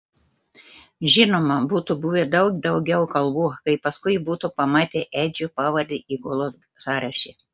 žinoma būtų buvę daug daugiau kalbų kai paskui būtų pamatę edžio pavardę įgulos sąraše